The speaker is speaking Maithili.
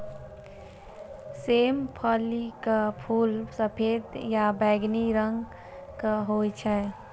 सेम फलीक फूल सफेद या बैंगनी रंगक होइ छै